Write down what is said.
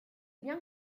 bien